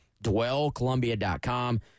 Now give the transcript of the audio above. dwellcolumbia.com